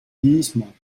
vieillissement